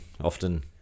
often